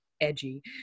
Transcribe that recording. edgy